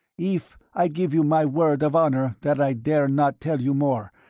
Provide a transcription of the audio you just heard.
if i give you my word of honour that i dare not tell you more,